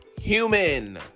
human